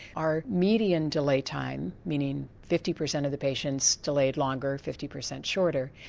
our median delay time, meaning fifty percent of the patients delayed longer, fifty percent shorter,